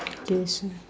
K so